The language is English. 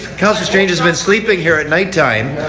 counsellor strange has been sleeping here at night time.